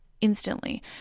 instantly